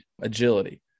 agility